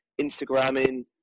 Instagramming